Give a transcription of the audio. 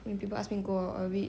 when people ask me go eh I a bit